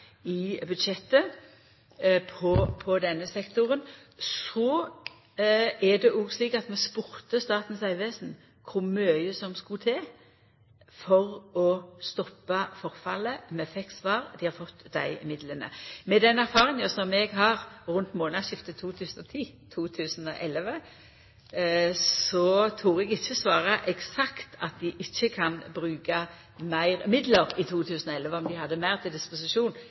i budsjettet for denne sektoren. Så er det òg slik at vi spurte Statens vegvesen om kor mykje som skulle til for å stoppa forfallet. Vi fekk svar, og dei har fått dei midlane. Med den erfaringa som eg har frå årsskiftet 2010–2011, tør eg ikkje svara eksakt at dei ikkje kan bruka meir midlar i 2011 om dei hadde hatt meir til disposisjon.